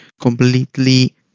completely